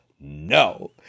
no